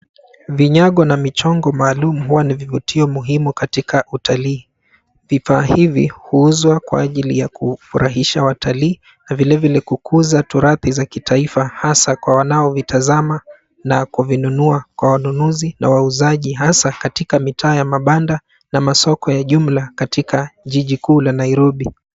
Vinyago na vichongo maalum huwa ni vivutio muhimu katika utalii. Vifaa hivi huuzwa kwa ajili ya kufurahisha watalii na vile vile ili kukuza thorati za kitaifa hasa kwa wanaovitazama na kuvinunua kwa wanunuzi na wauzaji hasa katika mitaa ya mabanda na masoko ya jumla katika jiji kuu la Nairobi.